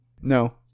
No